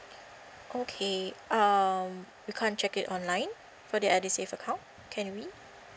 okay um we can't check it online for the edusave account can we